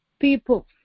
people